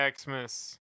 Xmas